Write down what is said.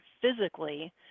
physically